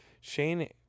Shane